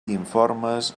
informes